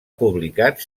publicat